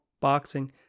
boxing